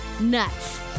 Nuts